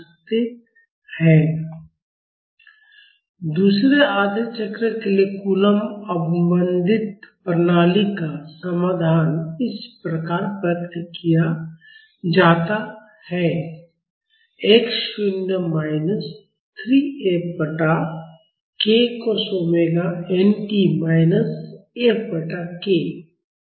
At t t Tn दूसरे आधे चक्र के लिए कूलम्ब अवमंदित प्रणाली का समाधान इस प्रकार व्यक्त किया जाता है x शून्य माइनस 3 F बटा k cos omega n t minus F बटा k